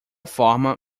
forma